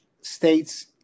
states